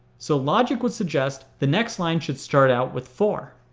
so logic would suggest the next line should start out with four.